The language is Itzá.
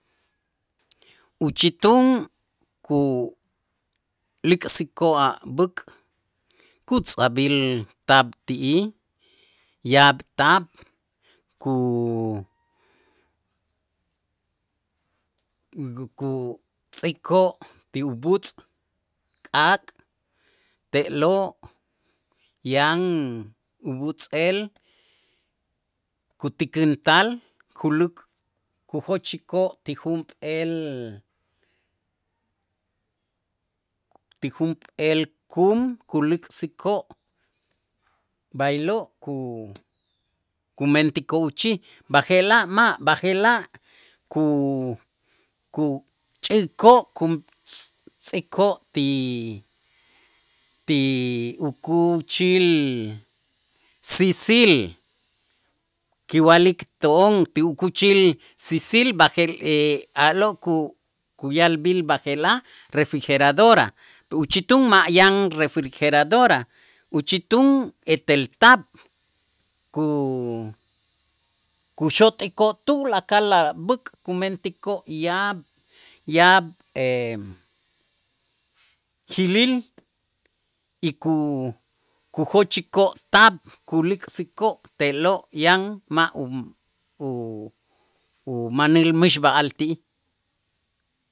Uchitun kulik'sikoo' a' b'äk' kutz'ajb'il taab' ti'ij yaab' taab' ku- kutz'ikoo' ti ub'uutz' k'aak' te'lo' yan ub'uutz'el kutikintal kuluk' kujochikoo' ti junp'eel ti junp'eel kum kulik'sikoo', b'aylo' ku- kumentikoo' uchij, b'aje'laj ma', b'aje'laj ku- kuchäkoo' kuntz'ikoo' ti ti ukuuchil siisil kiwa'lik to'on ti ukuuchil siisil b'aje' a'lo' kuya'lb'il b'aje'laj refrigeradora uchitun ma' yan refrigeradora uchitun etel taab' ku- kuxot'ikoo' tulakal a' b'äk' kumentikoo' yaab' yaab' jiilil y ku- kujochikoo' taab' kulik'sikoo' te'lo' yan ma' u- u- umanil mixb'a'al ti'ij.